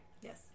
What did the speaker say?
Yes